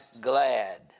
glad